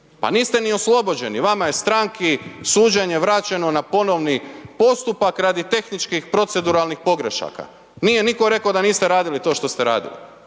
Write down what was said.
Pa niste ni oslobođeni, vama je stranki suđenje vraćeno na ponovni postupak radi tehničkih proceduralnih pogrešaka. Nije nitko rekao da niste radili to što ste radili.